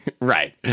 Right